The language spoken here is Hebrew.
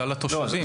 כלל התושבים.